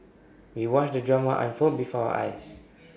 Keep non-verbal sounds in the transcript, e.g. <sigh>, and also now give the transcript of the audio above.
we watched the drama unfold before our eyes <noise>